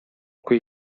qui